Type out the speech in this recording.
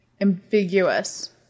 ambiguous